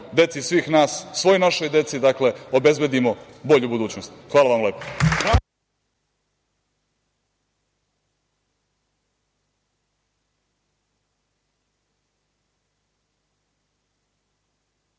deci svih nas, svoj našoj deci, dakle, obezbedimo bolju budućnost. Hvala vam lepo.